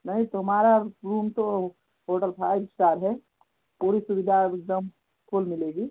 नहीं तो हमारा रूम तो होटल फाइव स्टार है पूरी सुविधा एक दम फुल मिलेगी